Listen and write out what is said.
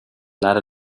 leider